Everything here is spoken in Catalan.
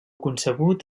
concebut